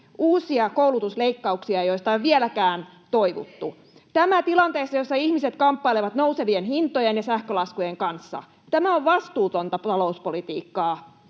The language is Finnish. uusia koulutusleikkauksia, joista ei ole vieläkään toivuttu. [Sari Multala: Ei, ei!] Tämä tilanteessa, jossa ihmiset kamppailevat nousevien hintojen ja sähkölaskujen kanssa. Tämä on vastuutonta talouspolitiikkaa.